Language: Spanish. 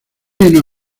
una